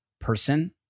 person